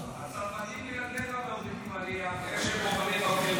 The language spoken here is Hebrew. הצרפתים --- רק לא להפריע.